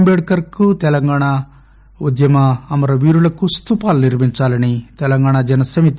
అంబేద్కర్ కు తెలంగాణ అమరవీరులకు స్తూపాలు నిర్మించాలని తెలంగాణ జన సమితి టి